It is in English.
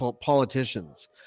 politicians